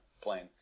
plane